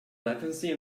latency